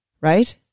right